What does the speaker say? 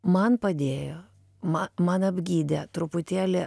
man padėjo ma man apgydė truputėlį